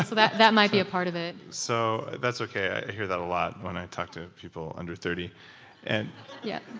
ah that that might be a part of it so that's okay. i hear that a lot when i talk to people under thirty point and yeah.